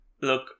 look